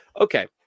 Okay